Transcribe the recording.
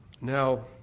Now